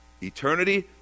Eternity